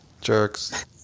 jerks